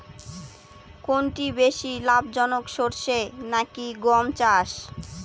কোনটি বেশি লাভজনক সরষে নাকি গম চাষ?